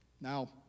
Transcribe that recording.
Now